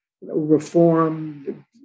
reform